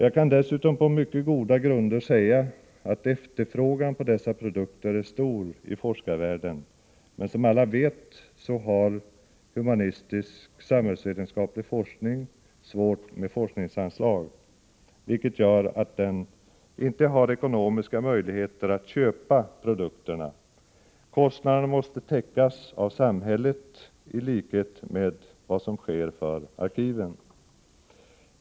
Jag kan dessutom på mycket goda grunder säga att efterfrågan på dessa produkter är stor i forskarvärlden, men som alla vet så har humanistisk-samhällsvetenskaplig forskning svårt att få forskningsanslag, vilket gör att den inte har ekonomiska möjligheter att köpa produkterna. Kostnaderna måste täckas av samhället i likhet med vad som sker för arkiven.